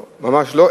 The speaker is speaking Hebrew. לא, ממש לא.